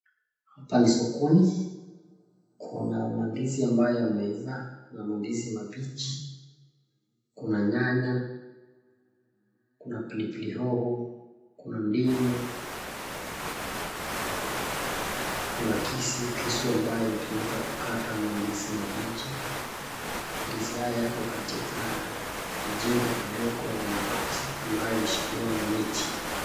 Hapa ni sokoni. Kuna mandizi ambayo yameiva na mandizi mabichi. Kuna nyanya, kuna pilipili hoho, kuna ndimu, kuna kisu ambayo inatumiwa kukata mandizi mabichi. Ndizi haya yako katika kijengo kadogo la mabati ambayo imeshikiliwa na miti.